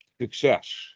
success